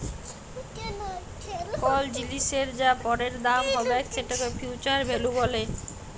call জিলিসের যা পরের দাম হ্যবেক সেটকে ফিউচার ভ্যালু ব্যলে